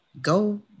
go